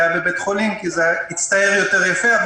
הייתה בבתי החולים כי זה הצטייר יותר יפה,